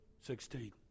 Sixteen